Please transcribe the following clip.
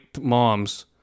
moms